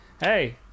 hey